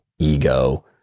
ego